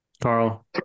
Carl